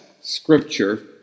scripture